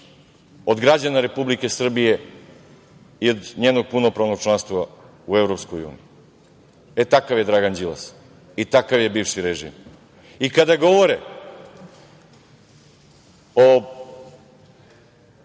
od građana Republike Srbije, i od njenog punopravnog članstva u EU.E takav je Dragan Đilas, i takav je bivši režim i kada govore o